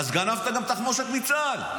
אז גנבת גם תחמושת מצה"ל.